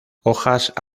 hojas